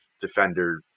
defender